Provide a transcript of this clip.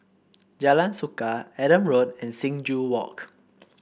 Jalan Suka Adam Road and Sing Joo Walk